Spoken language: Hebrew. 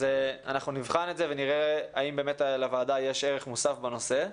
אנחנו נבחן את זה ונראה האם לוועדה באמת יש ערך מוסף בנושא.